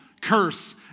curse